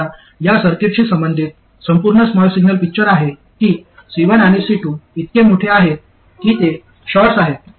तर आता या सर्किटशी संबंधित संपूर्ण स्मॉल सिग्नल पिक्चर आहे की C1 आणि C2 इतके मोठे आहेत की ते शॉर्ट्स आहेत